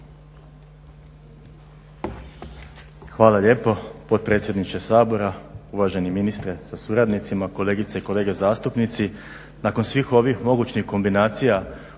Hvala lijepo potpredsjedniče Sabora, uvaženi ministre sa suradnicima, kolegice i kolege zastupnici. Nakon svih ovim mogućih kombinacija